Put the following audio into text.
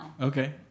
Okay